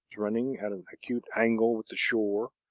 running at an acute angle with the shore,